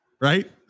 Right